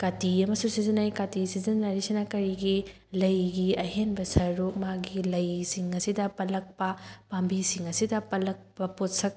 ꯀꯥꯇꯤ ꯑꯃꯁꯨ ꯁꯤꯖꯟꯅꯩ ꯀꯥꯇꯤ ꯁꯤꯖꯟꯅꯔꯤꯁꯤꯅ ꯀꯔꯤꯒꯤ ꯂꯩꯒꯤ ꯑꯍꯦꯟꯕ ꯁꯔꯨꯛ ꯃꯥꯒꯤ ꯂꯩꯁꯤꯡ ꯑꯁꯤꯗ ꯄꯠꯂꯛꯄ ꯄꯥꯝꯕꯤꯁꯤꯡ ꯑꯁꯤꯗ ꯄꯠꯂꯛꯄ ꯄꯣꯠꯁꯛ